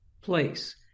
place